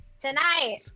Tonight